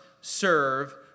serve